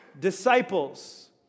disciples